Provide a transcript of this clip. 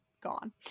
gone